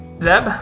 Zeb